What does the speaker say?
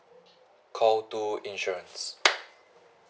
call two insurance